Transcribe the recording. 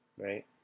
right